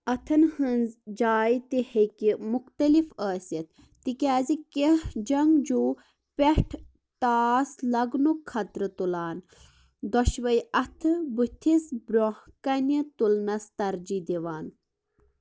اَتھَن ہٕنٛزجاے تہِ ہیٚکہِ مُختلِف ٲسِتھ تِکیٛازِ کیٚنٛہہ جنٛگجو پٮ۪ٹھ ٹاس لگنُک خطرٕ تُلان دۄشؤے اَتھٕ بٕتھِس برٛونٛہہ کَنہِ تُلنَس ترجیح دِوان